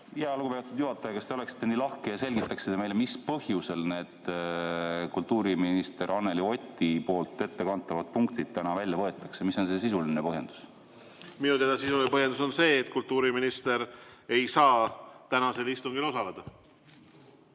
Lugupeetud juhataja! Kas te oleksite nii lahke ja selgitaksite meile, mis põhjusel need kultuuriminister Anneli Oti ettekantavad punktid täna [päevakorrast] välja võetakse? Mis on selle sisuline põhjendus? Minu teada sisuline põhjendus on see, et kultuuriminister ei saa tänasel istungil osaleda.